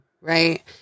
right